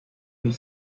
the